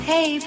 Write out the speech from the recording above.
Hey